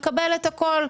מקבל את הכול.